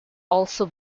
also